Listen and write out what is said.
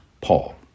Paul